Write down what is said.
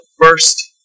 first